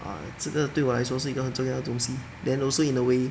uh 这个对我来说是一个很重要的东西 then also in a way